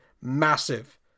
massive